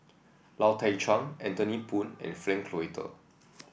Lau Teng Chuan Anthony Poon and Frank Cloutier